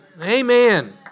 Amen